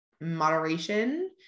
moderation